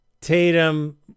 Tatum